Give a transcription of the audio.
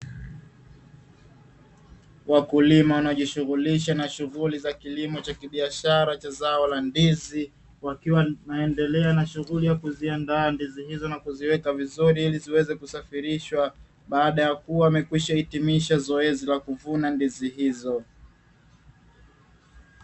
Wakulima wanaojishughulisha na shughuli za kilimo cha kibiashara cha zao la ndizi, wakiwa wanaendelea na shughuli ya kuziandaa ndizi hizo na kuziweka vizuri ili ziweze kusafirishwa baada ya kuwa zimekwisha hitimisha zoezi la kuvuna ndizi hizo.